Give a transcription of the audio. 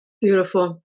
Beautiful